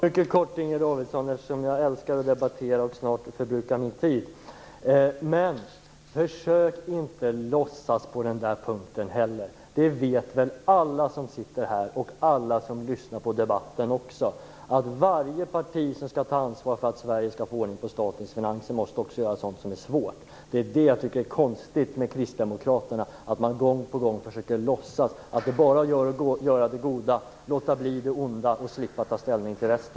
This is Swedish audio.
Fru talman! Mycket kort till Inger Davidson. Jag älskar att debattera och har snart förbrukat min taletid. Försök inte låtsas på den punkten! Alla som sitter här och alla som lyssnar på debatten vet att varje parti som skall ta ansvar för att Sverige skall få ordning på statens finanser också måste göra sådant som är svårt. Det jag tycker är konstigt med kristdemokraterna är att man gång på gång försöker låtsas att det bara är att göra det goda, låta bli det onda och slippa ta ställning till resten.